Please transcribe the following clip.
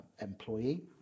employee